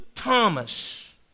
Thomas